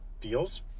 deals